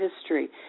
history